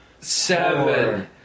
seven